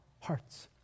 hearts